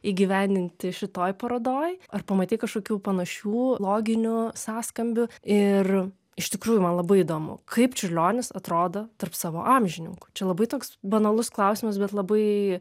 įgyvendinti šitoj parodoj ar pamatei kažkokių panašių loginių sąskambių ir iš tikrųjų man labai įdomu kaip čiurlionis atrodo tarp savo amžininkų čia labai toks banalus klausimas bet labai